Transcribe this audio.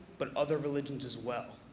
but other religions as well.